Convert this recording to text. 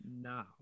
No